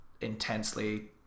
intensely